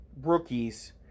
rookies